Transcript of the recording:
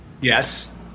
Yes